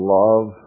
love